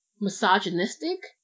misogynistic